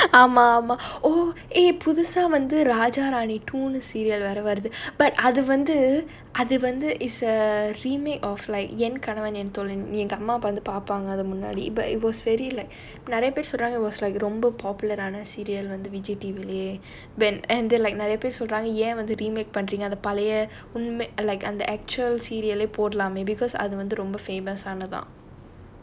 ஆமா ஆமா:aamaa aamaa oh eh புதுசா வந்து ராஜா ராணி:puthusaa vanthu raja rani two serial வேற வருது:vera varuthu but அது வந்து அது வந்து:athu vanthu athu vanthu is a remake of like En Kanavan En Thozhi எங்க அம்மா அப்ப வந்து பாப்பாங்க அத முன்னாடி:en kanavan en tholi enga amma appa paappaanga atha munnaadi but it was very like நிறையா பேரு சொல்றாங்க:niraiyaa peru solraanga it was like ரொம்ப:romba popular ஆன:aana serial வந்து:vanthu vijay T_V then and then like நிறையா பேரு சொல்றாங்க ஏன் வந்து:niraiyaa peru solraanga yaen vanthu remake பண்றீங்க அந்த பழைய:panreenga antha palaiya like அந்த:antha actual serial ah போடலாமே:podalaamae because அது வந்து ரொம்ப:athu vanthu romba famous ஆன:aana